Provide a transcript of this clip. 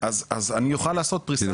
אז אני אוכל לעשות פריסה שוויונית.